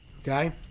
Okay